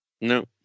No